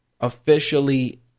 officially